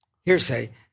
hearsay